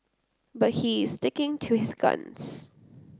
but he is sticking to his guns